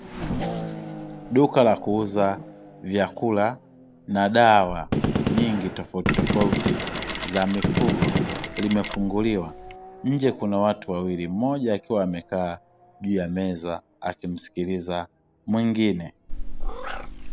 Duka la kuuza vyakula na dawa nyingi tofautitofauti za mifugo limefunguliwa. Nje kuna watu wawili, mmoja akiwa amekaa juu ya meza akimsikiliza mwingine.